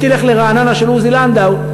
אם תלך לרעננה של עוזי לנדאו,